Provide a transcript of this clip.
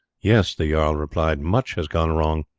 yes, the jarl replied, much has gone wrong.